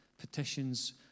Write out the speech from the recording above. petitions